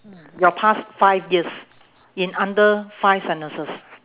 mm your past five years in under five sentences